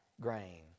grain